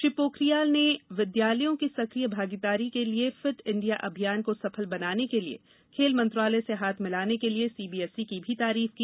श्री पोखरियाल ने विद्यालयों की सक्रिय भागीदारी के जरिए फिट इंडिया अभियान को सफल बनाने के लिए खेल मंत्रालय से हाथ मिलाने के लिए सीबीएसई की भी तारीफ की